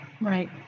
Right